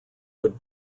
would